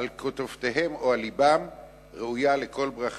על כתפיהם או על לבם ראויה לכל ברכה.